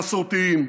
את המסורתיים,